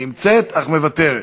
נמצאת אך מוותרת,